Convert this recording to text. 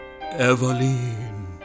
Eveline